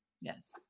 yes